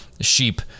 sheep